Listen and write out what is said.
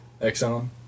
Exxon